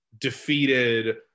defeated